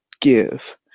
give